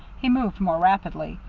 he moved more rapidly.